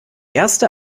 erste